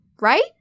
Right